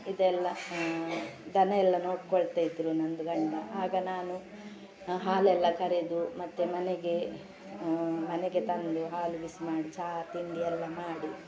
ಇದೆಲ್ಲ ದನ ಎಲ್ಲ ನೋಡ್ಕೊಳ್ತಾ ಇದ್ದರು ನಂದು ಗಂಡ ಆಗ ನಾನು ಹಾಲೆಲ್ಲ ಕರೆದು ಮತ್ತೆ ಮನೆಗೆ ಮನೆಗೆ ತಂದು ಹಾಲು ಬಿಸಿ ಮಾಡಿ ಚಹ ತಿಂಡಿ ಎಲ್ಲ ಮಾಡಿ